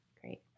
Great